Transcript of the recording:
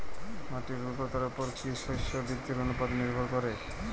মাটির উর্বরতার উপর কী শস্য বৃদ্ধির অনুপাত নির্ভর করে?